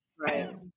Right